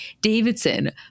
Davidson